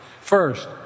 First